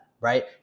right